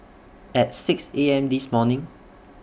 At six A M This morning